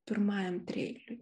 pirmajam trieiliui